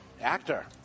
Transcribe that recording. Actor